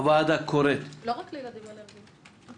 הוועדה קוראת --- לא רק לילדים אלרגיים,